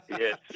yes